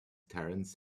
terence